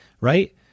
right